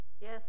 Yes